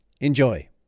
Enjoy